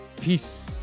peace